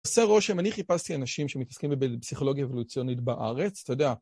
עושה רושם, אני חיפשתי אנשים שמתעסקים בפסיכולוגיה האבולוציונית בארץ, אתה יודע.